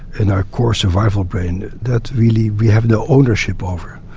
in our core survival brain, that really we have no ownership over.